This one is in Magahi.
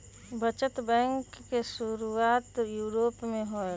बचत बैंक के शुरुआत यूरोप में होलय